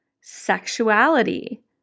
sexuality